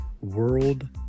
World